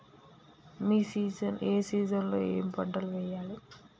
ఏ season లో ఏం పంటలు వెయ్యాలి?